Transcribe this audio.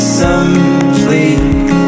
simply